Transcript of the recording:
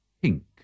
Pink